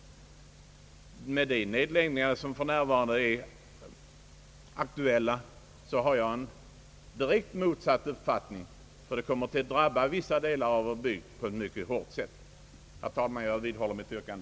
Beträffande de nedläggningar som för närvarande är aktuella har jag en direkt motsatt uppfattning. De kommer att drabba vissa delar av våra bygder på ett mycket hårt sätt. Herr talman! Jag vidhåller mitt yrkande.